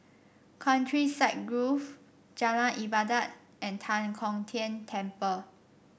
Countryside Grove Jalan Ibadat and Tan Kong Tian Temple